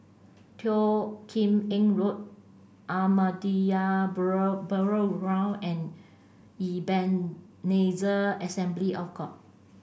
Teo Kim Eng Road Ahmadiyya Burial Round and Ebenezer Assembly of God